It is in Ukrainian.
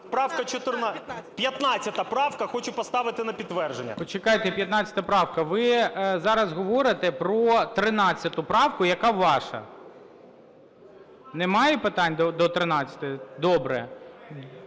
15 правка. Хочу поставити на підтвердження. ГОЛОВУЮЧИЙ. Почекайте, 15 правка. Ви зараз говорите про 13 правку, яка ваша. Немає питань до 13-ї? Добре.